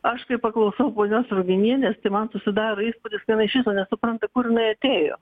aš kai paklausau ponios ruginienės tai man susidaro įspūdis kad jinai iš viso nesupranta kur jinai atėjo